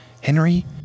Henry